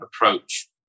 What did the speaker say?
approach